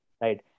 right